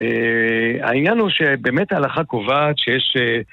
אה... העניין הוא שבאמת ההלכה קובעת, שיש אה...